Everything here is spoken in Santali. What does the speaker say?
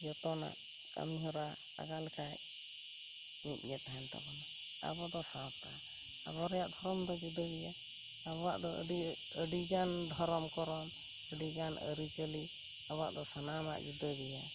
ᱡᱚᱛᱚᱣᱟᱜ ᱠᱟᱹᱢᱤ ᱦᱚᱨᱟ ᱞᱟᱜᱟ ᱞᱮᱠᱷᱟᱡ ᱢᱤᱫᱜᱮ ᱛᱟᱦᱮᱱ ᱛᱟᱵᱚᱱᱟ ᱟᱵᱚᱫᱚ ᱥᱟᱶᱛᱟ ᱟᱵᱚ ᱨᱮᱭᱟᱜ ᱫᱷᱚᱨᱚᱢ ᱫᱚ ᱡᱩᱫᱟᱹ ᱜᱮᱭᱟ ᱟᱵᱚᱣᱟᱜ ᱫᱚ ᱟᱹᱰᱤ ᱟᱹᱰᱤᱜᱟᱱ ᱫᱷᱚᱨᱚᱢ ᱠᱚᱨᱚᱢ ᱟᱹᱰᱤᱜᱟᱱ ᱟᱹᱨᱤᱪᱟᱹᱞᱤ ᱟᱵᱚᱣᱟᱜ ᱫᱚ ᱥᱟᱱᱟᱢᱟᱜ ᱡᱩᱫᱟᱹ ᱜᱮᱭᱟ